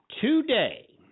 today